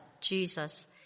Jesus